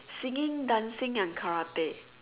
singing dancing and karate